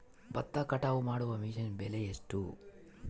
ಭತ್ತ ಕಟಾವು ಮಾಡುವ ಮಿಷನ್ ಬೆಲೆ ಎಷ್ಟು?